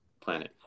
planet